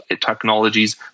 technologies